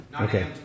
Okay